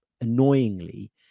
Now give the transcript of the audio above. annoyingly